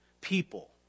people